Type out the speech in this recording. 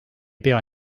pea